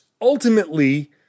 ultimately